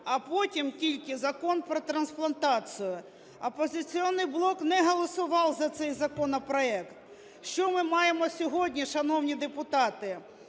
а потім тільки Закон про трансплантацію. "Оппозиционный блок" не голосував за цей законопроект. Що ми маємо сьогодні, шановні депутати?